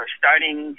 starting